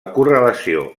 correlació